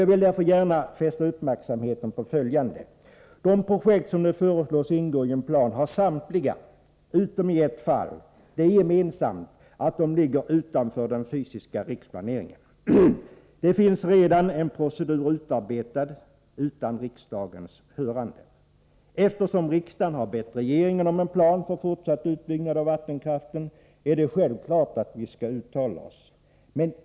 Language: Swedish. Jag vill gärna fästa uppmärksamheten på följande. De projekt som nu föreslås ingå i en plan har samtliga — utom i ett fall — det gemensamt att de ligger utanför den fysiska riksplaneringen. Det finns redan en procedur utarbetad utan riksdagens hörande. Eftersom riksdagen har bett regeringen om en plan för fortsatt utbyggnad av vattenkraften är det självklart att riksdagen skall uttala sig.